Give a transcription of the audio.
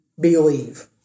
believe